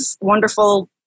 wonderful